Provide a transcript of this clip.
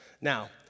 Now